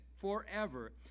forever